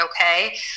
okay